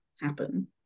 happen